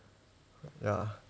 ya